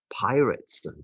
pirates